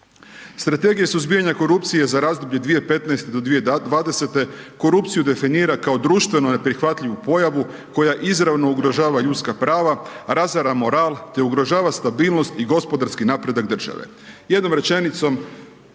Strategija suzbijanja korupcije za razdoblje 2015.-2020. korupciju definira kao društvo neprihvatljivu pojavu koja izravno ugrožava ljudska prava, razara moral te ugrožava stabilnost i gospodarski napredak države. Jednom rečenicom,